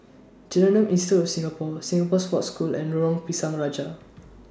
Genome Institute of Singapore Singapore Sports School and Lorong Pisang Raja